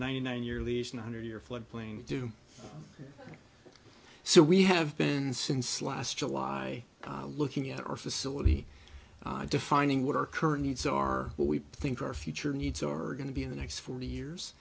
ninety nine year lease one hundred year flood plane do so we have been since last july looking at our facility defining what our current needs are what we think our future needs are going to be in the next forty years